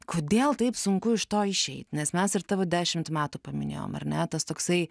kodėl taip sunku iš to išeit nes mes ir tavo dešimt metų paminėjom ar ne tas toksai